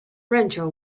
rancho